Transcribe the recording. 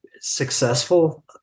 successful